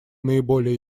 наиболее